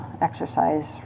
exercise